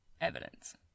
evidence